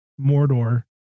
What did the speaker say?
Mordor